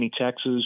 Texas